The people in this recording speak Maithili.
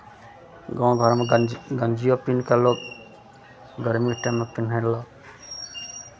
गाँव घरमे गंजी गंजिओ पिन्ह कऽ लोक गर्मीके टाइममे पिन्ह लेलक